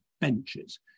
benches